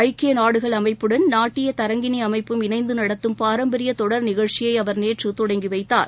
ஐக்கிய நாடுகள் அமைப்புடன் நாட்டிய தரங்கிணி அமைப்பும் இணைந்து நடத்தும் பாரம்பரிய தொடர் நிகழ்ச்சியை அவர் நேற்று தொடங்கி வைத்தார்